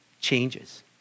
changes